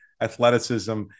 athleticism